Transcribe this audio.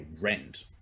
rent